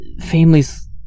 families